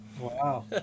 Wow